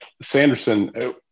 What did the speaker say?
Sanderson